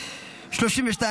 כהצעת הוועדה, נתקבלו.